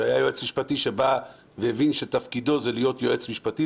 שהיה יועץ משפטי שהבין שתפקידו זה להיות יועץ משפטי,